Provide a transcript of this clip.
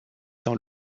dans